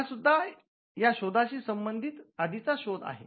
हा सुद्धा या शोधाशी संबंधित आधीचा शोध आहे